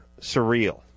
surreal